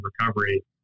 recovery